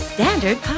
Standard